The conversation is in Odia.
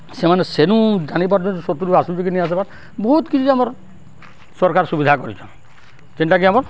ସେମାନେ ସେନୁ ଜାଣିପାରୁଚନ୍ ଶତ୍ରୁ ଆସୁଚନ୍ କି ନି ଆସ୍ବାର୍ ବହୁତ୍ କିଛି ଆମର୍ ସର୍କାର୍ ସୁବିଧା କରିଛନ୍ ଯେନ୍ଟାକି ଆମର